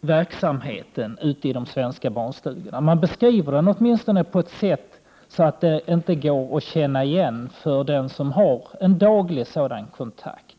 verksamheten ute i de svenska barnstugorna. De beskriver åtminstone denna verksamhet på ett sådant sätt att den inte går att känna igen för dem som har en daglig kontakt med denna verksamhet.